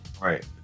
right